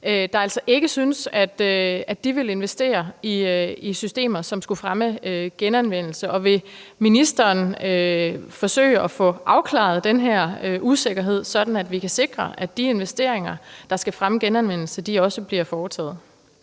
området ikke synes, at de vil investere i systemer, som skulle fremme genanvendelse? Og vil ministeren forsøge at få afklaret den her usikkerhed, sådan at vi kan sikre, at de investeringer, der skal fremme genanvendelse, også bliver foretaget?